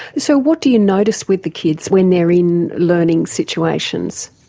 so what do you notice with the kids when they're in learning situations?